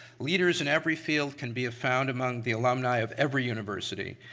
leaders in every field can be found among the alumni of every university.